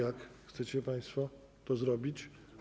Tak chcecie państwo to zrobić?